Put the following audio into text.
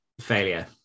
failure